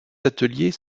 ateliers